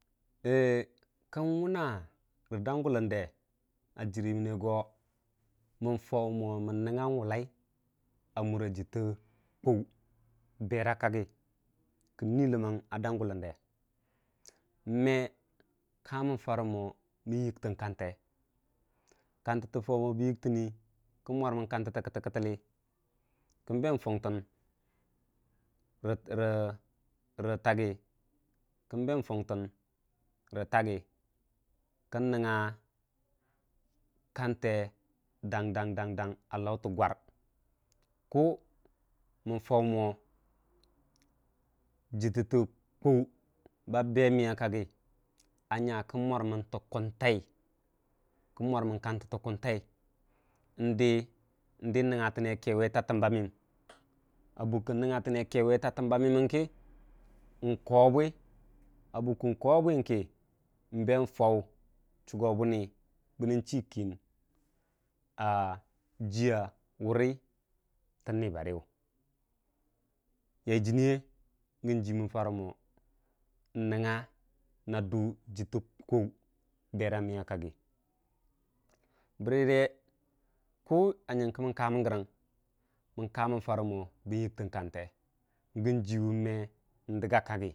kən wʊnna rə dau gʊlənde a jirəməne go mən gau mong mən nən wulleul a mura jittə kwau berə kaggi kən nu ləmang a dan gʊlən de nwe kamən garə mo bən yiktən kante kautətə mən gau mon mən yiktən kəu mwarmən kantə tə kətəl- kətələ kən beng guntənre taggi kən nənga kante dang dang tə gwar ku mən gau mo jittə tə kwau ba beməya kaggə a nya kən mwarmən tə kʊntai ndi- ndi n'nənga tənne keweta təmba məyəm a bukkə nnənga tənne keweta təmba məyənkə nkowobwi a bukkəng kowobwing kə nbeng jau chugobʊni bənən chi kinin a jiya wurə tən nibarəyʊ yai jiniye gəu jini mən jarə mong n'nənya nadʊ jittə kwuu bərə kʊ a nyənkə mən ka məngərən mən ka mən jarə mo bən yəktən kante gən jiwu me nəəgga kakgi.